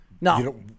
no